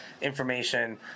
information